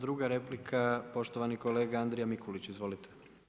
Druga replika poštovani kolega Andrija Mikulić, izvolite.